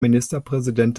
ministerpräsident